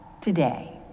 today